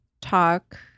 talk